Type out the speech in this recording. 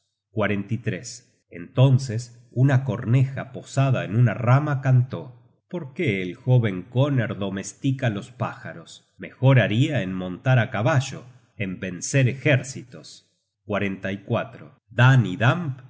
entonces una corneja posada en una rama cantó por qué el jóven koner domestica los pájaros mejor haria en montar á caballo en vencer ejércitos y